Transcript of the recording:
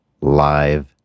live